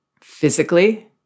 physically